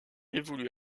évolue